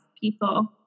people